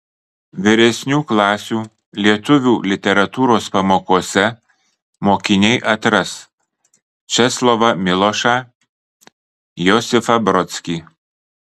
vyresnių klasių lietuvių literatūros pamokose mokiniai atras česlovą milošą josifą brodskį